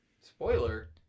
Spoiler